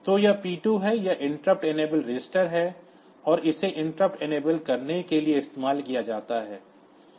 तब यह P2 है यह इंटरप्ट इनेबल्ड रजिस्टर है और इसे इंटरप्ट इनेबल करने के लिए इस्तेमाल किया जाता है